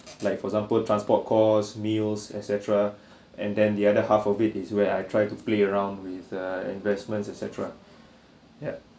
like for example transport course meals etcetera and then the other half of it is where I try to play around with err investments etcetera yup